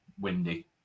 windy